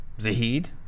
Zahid